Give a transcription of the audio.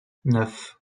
neuf